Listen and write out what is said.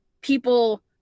people